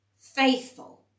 faithful